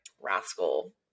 rascal